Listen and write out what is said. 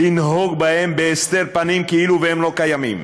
לנהוג בהם בהסתר פנים, כאילו הם לא קיימים,